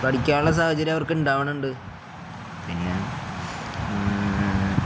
പഠിക്കാനുള്ള സാഹചര്യം അവർക്ക് ഇണ്ടാവണണ്ട് പിന്നെ